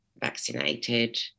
vaccinated